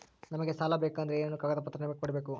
ನಮಗೆ ಸಾಲ ಬೇಕಂದ್ರೆ ಏನೇನು ಕಾಗದ ಪತ್ರ ನಿಮಗೆ ಕೊಡ್ಬೇಕು?